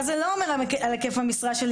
מה זה לא אומר על היקף המשרה שלי?